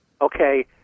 okay